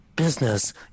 Business